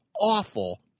awful